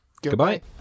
Goodbye